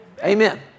Amen